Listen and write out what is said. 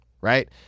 right